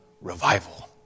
revival